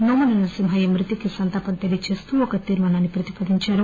నోముల నర్పింహయ్య మృతికి సంతాపం తెలియచేస్తూ తీర్మానాన్ని ప్రతిపాదించారు